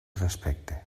respecte